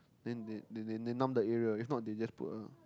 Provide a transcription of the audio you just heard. then then then then then they numb the area if not they just put a